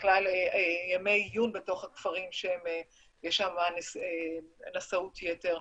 ימי עיון בתוך הכפרים שיש שם נשאות יתר.